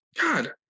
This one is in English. God